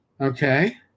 okay